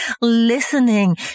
listening